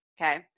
Okay